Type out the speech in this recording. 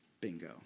Bingo